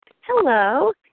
Hello